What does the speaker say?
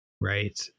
right